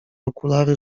okulary